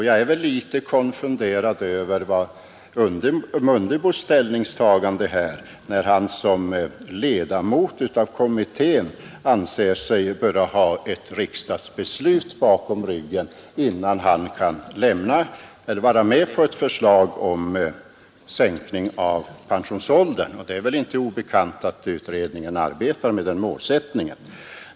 Jag är litet konfunderad över herr Mundebos ställningstagande här när han som ledamot av kommittén anser sig böra ha ett riksdagsbeslut bakom ryggen innan han kan vara med på ett förslag om sänkning av pensionsåldern. Det är väl inte obekant att utredningen arbetar med den målsättningen.